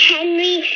Henry